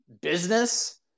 business